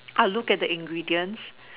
I look at the ingredients